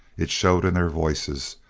it showed in their voices,